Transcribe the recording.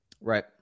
Right